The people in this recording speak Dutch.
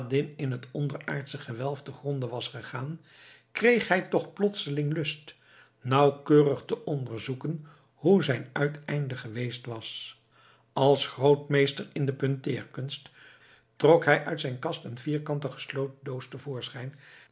in het onderaardsche gewelf te gronde was gegaan kreeg hij toch plotseling lust nauwkeurig te onderzoeken hoe zijn uiteinde geweest was als grootmeester in de punteerkunst trok hij uit zijn kast een vierkante gesloten doos